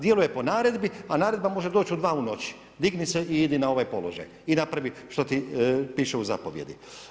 Djeluje po naredbi, a naredba može doći u 2 u noći digni se i idi na ovaj položaj i napravi što ti piše u zapovjedi.